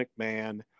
McMahon